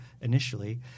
initially